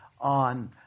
on